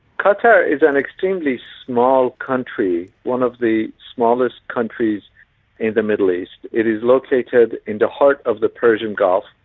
qatar is an extremely small country, one of the smallest countries in the middle east. it is located in the heart of the persian gulf,